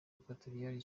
equatorial